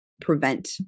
prevent